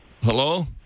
Hello